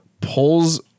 pulls